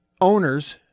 owners